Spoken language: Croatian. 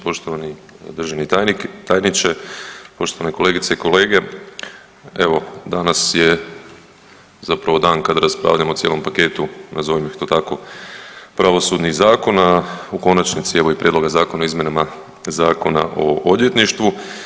Poštovani državni tajnik, tajniče, poštovane kolegice i kolege, evo danas je zapravo dan kada raspravljamo o cijelom paketu nazovimo ih to tako pravosudnih zakona u konačnici evo i prijedloga Zakona o izmjenama Zakona o odvjetništvu.